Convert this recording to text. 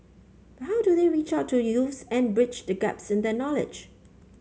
but how do they reach out to youths and bridge the gaps in their knowledge